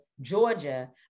Georgia